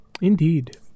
Indeed